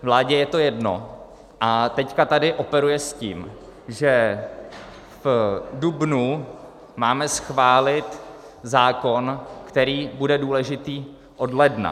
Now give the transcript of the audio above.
Vládě je to jedno a teď tady operuje s tím, že v dubnu máme schválit zákon, který bude důležitý od ledna.